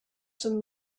some